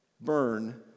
burn